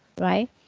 right